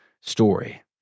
story